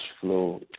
flow